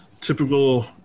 typical